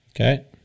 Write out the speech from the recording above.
Okay